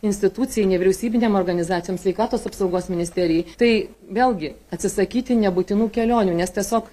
institucijai nevyriausybinėm organizacijom sveikatos apsaugos ministerijai tai vėlgi atsisakyti nebūtinų kelionių nes tiesiog